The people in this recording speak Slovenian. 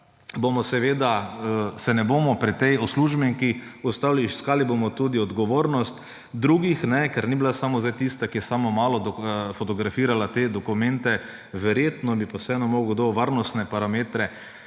se ne bomo pri tej uslužbenki ustavili. Iskali bomo tudi odgovornost drugih, ker ni bila samo zdaj tista, ki je samo malo fotografirala te dokumente. Verjetno bi pa vseeno moral kdo varnostne parametre